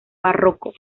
barroco